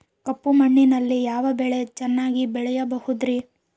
ಕಪ್ಪು ಮಣ್ಣಿನಲ್ಲಿ ಯಾವ ಬೆಳೆ ಚೆನ್ನಾಗಿ ಬೆಳೆಯಬಹುದ್ರಿ?